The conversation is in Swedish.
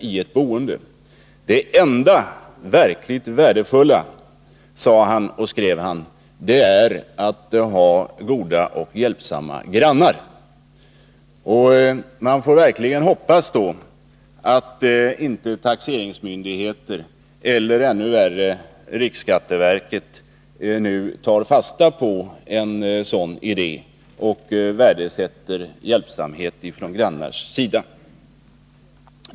Det enda verkligt värdefulla, skrev han, är att ha goda och hjälpsamma grannar. Jag vill dock hoppas att taxeringsmyndigheterna eller, ännu värre, riksskatteverket inte tar fasta på en sådan idé och sätter ett värde på hjälpsamhet från grannars sida.